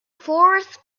forest